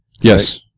Yes